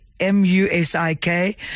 M-U-S-I-K